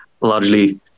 largely